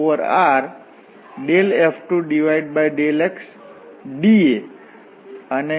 અને અહીં જમણી બાજુ F2∂x F1∂y છે જેનું આપેલ ડોમેન R પર ઇન્ટીગ્રેશન કરીએ છીએ